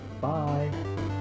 Bye